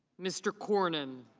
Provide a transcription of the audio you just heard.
mr. cornyn.